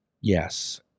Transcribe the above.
Yes